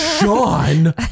Sean